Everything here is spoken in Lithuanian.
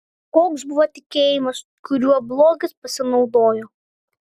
koks buvo tikėjimas kuriuo blogis pasinaudojo